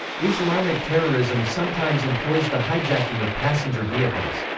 islamic terrorism sometimes employs the hijacking of passenger vehicles.